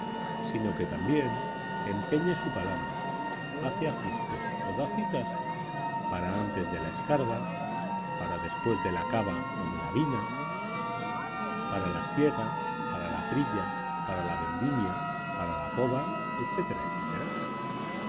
sino que también empeña su palabra hace ajustes o da citas para antes de la escarda para después de la cava o de la bina para la siega para la trilla para la vendimia para la poda etcétera